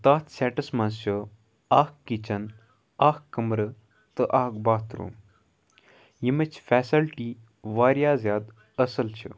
تہٕ تَتھ سٮ۪ٹَس منٛز چھُ اَکھ کِچَن اَکھ کَمرٕ تہٕ اَکھ باتھ روٗم ییٚمِچ فیسَلٹی واریاہ زِیادٕ اَصٕل چھِ